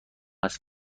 است